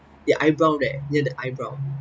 ya eyebrow there near the eyebrow